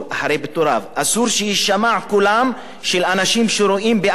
אסור שיישמע קולם של אנשים שרואים באדמתם קללה.